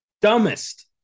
dumbest